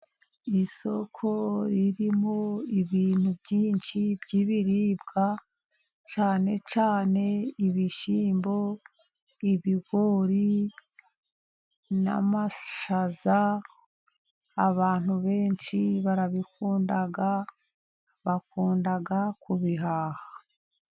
Isoko ririmo ibintu byinshi by'ibiribwa cyane cyane ibishyimbo, ibigori, n'amashaza. Abantu benshi barabikunda bakunda kubihaha.